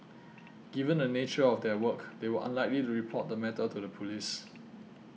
given the nature of their work they were unlikely to report the matter to the police